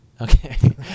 Okay